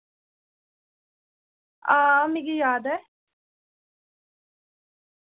हां मिकी याद ऐ